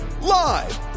Live